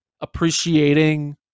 appreciating